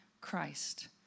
Christ